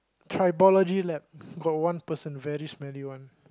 tribology lab got one person very smelly one